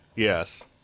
Yes